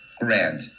grand